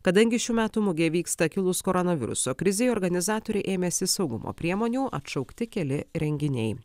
kadangi šių metų mugė vyksta kilus koronaviruso krizei organizatoriai ėmėsi saugumo priemonių atšaukti keli renginiai